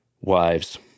Wives